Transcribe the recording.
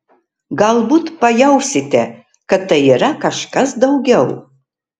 galbūt pajausite kad tai yra kažkas daugiau